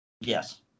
Yes